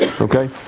okay